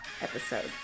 episode